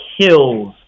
kills